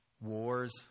wars